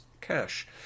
cash